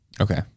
Okay